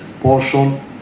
portion